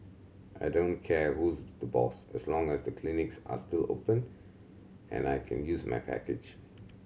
I don't care who's the boss as long as the clinics are still open and I can use my package